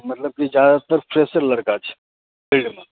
मतलब कि ज्यादातर फ्रेशर लड़का छै फील्डमे